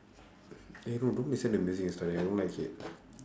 eh no don't listen to music and study I don't like it